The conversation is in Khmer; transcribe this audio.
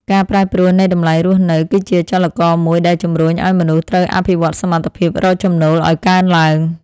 ការប្រែប្រួលនៃតម្លៃរស់នៅ គឺជាចលករមួយដែលជំរុញឱ្យមនុស្សត្រូវអភិវឌ្ឍសមត្ថភាពរកចំណូលឱ្យកើនឡើង។